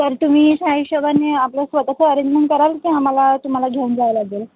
तर तुम्ही त्या हिशोबानी आपल्या स्वतःचं अरेजमेंट कराल का आम्हाला तुम्हाला घेऊन जावं लागेल